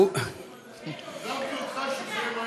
אותך שזה יהיה מהר.